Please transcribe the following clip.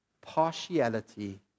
partiality